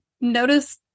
notice